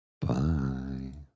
Bye